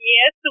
Yes